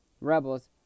rebels